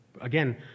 again